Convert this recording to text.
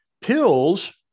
Pills